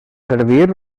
servir